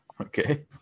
Okay